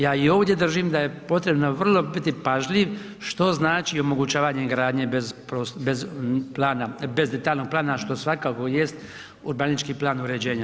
Ja i ovdje držim da je potrebno vrlo biti pažljiv što znači omogućavanje gradnje bez plana, bez detaljnog plana što svakako jest urbanistički plan uređenja.